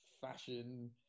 fashion